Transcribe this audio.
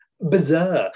bizarre